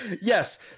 Yes